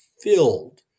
filled